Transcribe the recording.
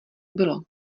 bylo